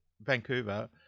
Vancouver